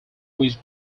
wish